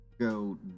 go